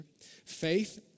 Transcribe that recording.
faith